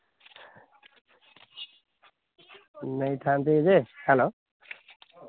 ନେଇଥାଆନ୍ତି ଯେ ହ୍ୟାଲୋ